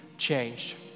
changed